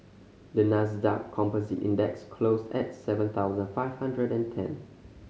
the Nasdaq Composite Index closed at seven thousand five hundred and ten